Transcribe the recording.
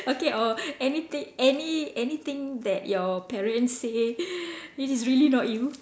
okay or anything any anything that your parents say that is really not you